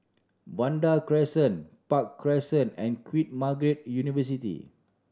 Vanda Crescent Park Crescent and Queen Margaret University